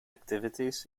activities